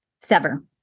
sever